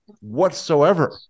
whatsoever